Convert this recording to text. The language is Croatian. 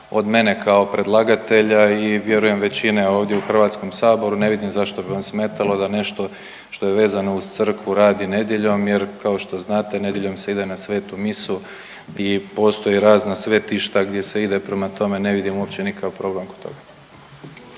od mene kao predlagatelja i vjerujem većine ovdje u Hrvatskom saboru. Ne vidim zašto bi vam smetalo da nešto što je vezano uz crkvu radi nedjeljom jer kao što znate nedjeljom se ide na svetu misu i postoje razna svetišta gdje se ide, prema tome ne vidim uopće nikakav problem u tome.